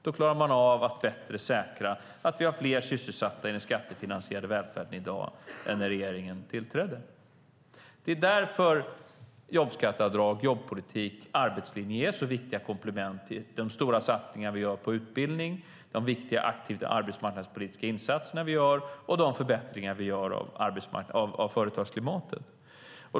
Då klarar man av att bättre säkra att vi har fler sysselsatta i den skattefinansierade välfärden i dag än när regeringen tillträdde. Det är därför jobbskatteavdrag, jobbpolitik och arbetslinje är så viktiga komplement till de stora satsningar vi gör på utbildning, de viktiga aktivt arbetsmarknadspolitiska insatser vi gör och de förbättringar vi gör av företagsklimatet.